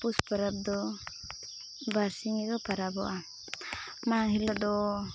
ᱯᱩᱥ ᱯᱚᱨᱚᱵᱽᱫᱚ ᱵᱟᱨᱥᱤᱧᱜᱮᱠᱚ ᱯᱚᱨᱚᱵᱚᱜᱼᱟ ᱢᱟᱲᱟᱝ ᱦᱤᱞᱳᱜ ᱫᱚ